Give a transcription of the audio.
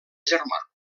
germà